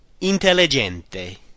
intelligente